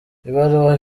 ibaruwa